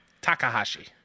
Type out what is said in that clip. takahashi